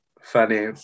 Funny